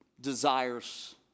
desires